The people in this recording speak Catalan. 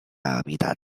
habitat